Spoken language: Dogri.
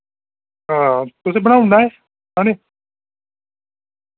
हां तुसें बनाई ओड़ना एह् हैनी